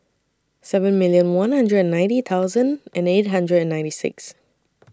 seven million one hundred and ninety thousand and eight hundred and ninety six